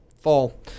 fall